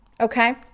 okay